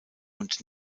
und